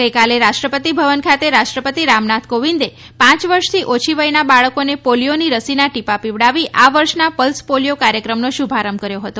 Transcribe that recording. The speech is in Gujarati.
ગઈકાલે રાષ્ટ્રપતિ ભવન ખાતે રાષ્ટ્રપતિ રામનાથ કોવિંદે પાંચ વર્ષથી ઓછી વયના બાળકોને પોલિયોની રસીના ટીપા પીવડાવી આ વર્ષના પલ્સ પોલિયો કાર્યક્રમનો શુભારંભ કર્યો હતો